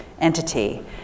entity